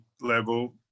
level